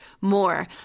more